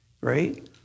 right